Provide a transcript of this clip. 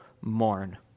mourn